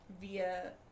via